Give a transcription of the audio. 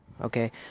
okay